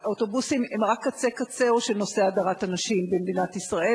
האוטובוסים הם רק קצה קצהו של נושא הדרת הנשים במדינת ישראל.